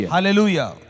Hallelujah